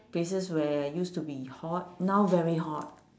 places where used to be hot now very hot